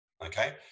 Okay